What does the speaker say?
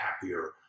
happier